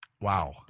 Wow